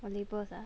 on labels ah I am